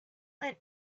and